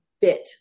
bit